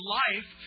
life